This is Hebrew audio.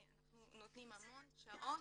אנחנו נותנים המון שעות.